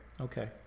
Okay